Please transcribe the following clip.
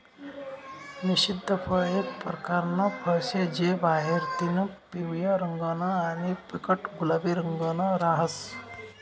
निषिद्ध फळ एक परकारनं फळ शे जे बाहेरतीन पिवयं रंगनं आणि फिक्कट गुलाबी रंगनं रहास